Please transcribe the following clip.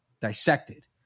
dissected